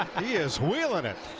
he is willing it.